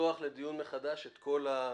לפתוח לדיון מחדש את כל ההסתייגויות.